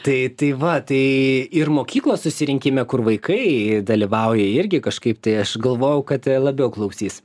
tai tai va tai ir mokyklos susirinkime kur vaikai dalyvauja irgi kažkaip tai aš galvojau kad labiau klausys